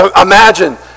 imagine